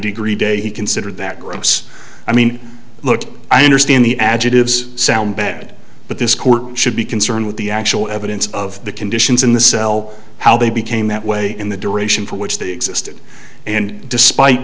degree day he considered that gross i mean look i understand the adjectives sound bad but this court should be concerned with the actual evidence of the conditions in the cell how they became that way in the duration for which they existed and despite